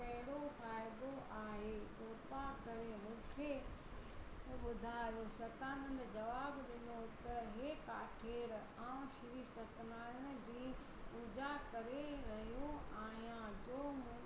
कहिड़ो फ़ाइदो आहे कृपा करे ॿुधायो सतानंद जवाब ॾिनो त हे काठेड़ आउं श्री सत्यनारायण जी पूजा करे रहियो आहियां जो मूं